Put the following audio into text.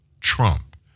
Trump